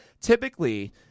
Typically